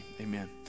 amen